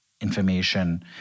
information